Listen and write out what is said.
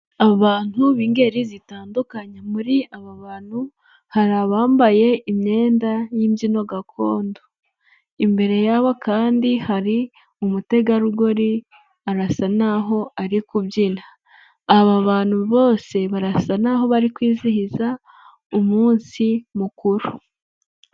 Abantu b'ingeri zitandukanye, muri aba bantu hari abambaye imyenda y'imbyino gakondo, imbere yabo kandi hari umutegarugori, arasa naho ari kubyina, aba bantu bose barasa naho bari kwizihiza umunsi mukuru.